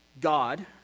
God